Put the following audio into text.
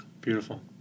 Beautiful